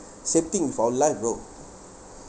setting for life bro